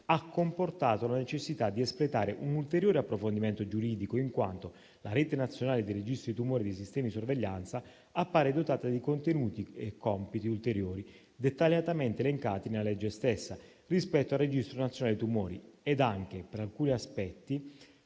ha comportato la necessità di espletare un ulteriore approfondimento giuridico, in quanto la rete nazionale dei registri dei tumori e dei sistemi di sorveglianza appare dotata di contenuti e compiti ulteriori, dettagliatamente elencati nella legge stessa, rispetto al registro nazionale dei tumori, ed anche, per alcuni aspetti,